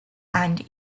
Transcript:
and